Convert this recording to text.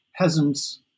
peasants